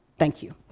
thank you.